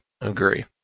agree